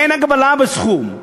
אין הגבלה בסכום,